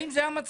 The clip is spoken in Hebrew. האם זה המצב?